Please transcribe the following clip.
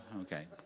Okay